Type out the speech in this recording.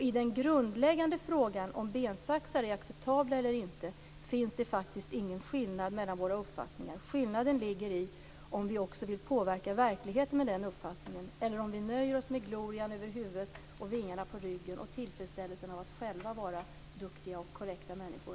I den grundläggande frågan om huruvida bensaxar är acceptabla eller inte finns det faktiskt ingen skillnad mellan våra uppfattningar. Skillnaden ligger i om vi också vill påverka verkligheten med den uppfattningen eller om vi nöjer oss med glorian över huvudet, vingarna på ryggen och tillfredsställelsen av att själva vara duktiga och korrekta människor.